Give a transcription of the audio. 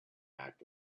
act